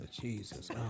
Jesus